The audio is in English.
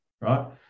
right